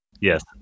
Yes